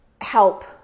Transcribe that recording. help